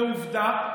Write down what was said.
בעובדה,